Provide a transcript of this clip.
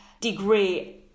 degree